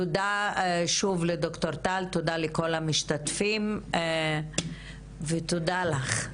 תודה שוב לד"ר טל, תודה לכל המשתתפים, ותודה לך.